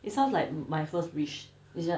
it sounds like my first wish